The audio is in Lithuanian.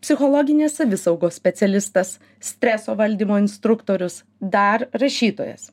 psichologinės savisaugos specialistas streso valdymo instruktorius dar rašytojas